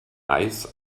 eis